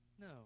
No